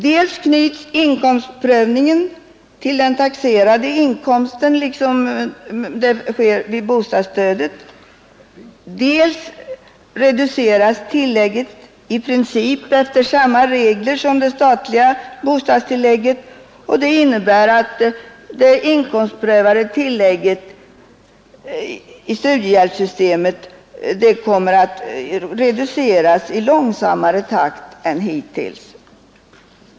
Dels knyts inkomstprövningen till den taxerade inkomsten såsom sker inom bostadsstödet, dels reduceras tillägget i princip efter samma regler som det statliga bostadstillägget, och det innebär att det inkomstprövade tillägget i studiehjälpssystemet kommer att reduceras i långsammare takt än hittills.